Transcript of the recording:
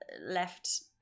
left